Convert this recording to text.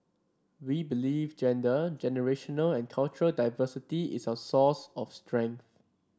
we believe gender generational and cultural diversity is our source of strength